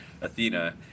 Athena